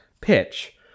pitch